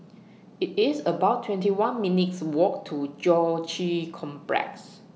IT IS about twenty one minutes' Walk to Joo Chiat Complex